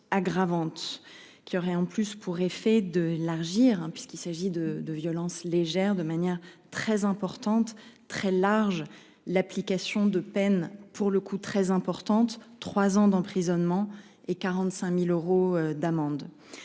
aggravante qui aurait en plus pour effet de élargir puisqu'il s'agit de de violences légères de manière très importante, très large. L'application de peines pour le coup, très importante, 3 ans d'emprisonnement et 45.000 euros d'amende.